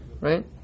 Right